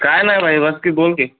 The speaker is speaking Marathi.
काही नाही भाई बस की बोल की